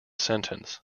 sentence